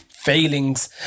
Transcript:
failings